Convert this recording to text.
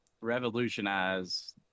revolutionize